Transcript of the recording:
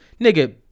Nigga